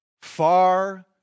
Far